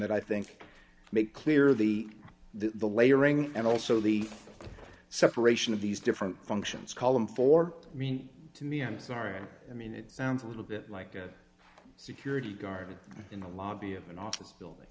that i think make clear the the layering and also the separation of these different functions call them for me to me i'm sorry i mean it sounds a little bit like a security guard in the lobby of an office building